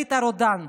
השליט הרודן,